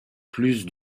plus